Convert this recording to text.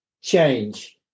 change